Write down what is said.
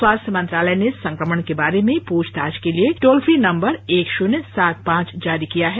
स्वास्थ्य मंत्रालय ने संक्रमण के बारे में पूछताछ के लिए टोल फ्री नंबर एक शून्य सात पांच जारी किया है